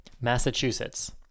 Massachusetts